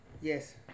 Yes